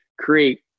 create